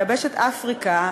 ביבשת אפריקה,